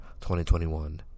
2021